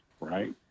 right